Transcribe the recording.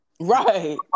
Right